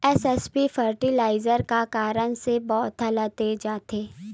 SSP fertiliser का कारण से पौधा ल दे जाथे?